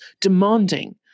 demanding